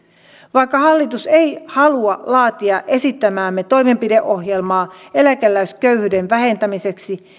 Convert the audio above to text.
vaikka hallitus ei halua laatia esittämäämme toimenpideohjelmaa eläkeläisköyhyyden vähentämiseksi